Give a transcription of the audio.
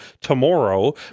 tomorrow